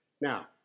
Now